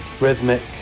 Rhythmic